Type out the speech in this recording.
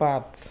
पाच